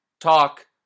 talk